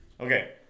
okay